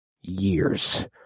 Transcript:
years